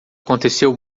aconteceu